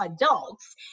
adults